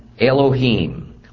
Elohim